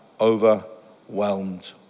overwhelmed